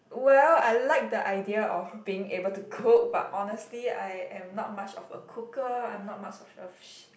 well I like the idea of being able to cook but honestly I am not much of a cooker I'm not much of a